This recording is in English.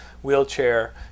Wheelchair